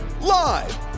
Live